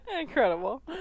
incredible